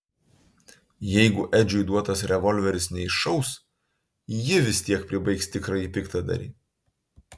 jeigu edžiui duotas revolveris neiššaus ji vis tiek pribaigs tikrąjį piktadarį